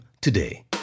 today